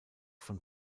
von